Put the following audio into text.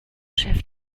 chef